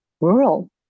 rural